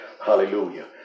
Hallelujah